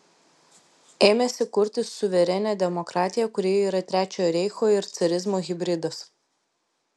ėmėsi kurti suverenią demokratiją kuri yra trečiojo reicho ir carizmo hibridas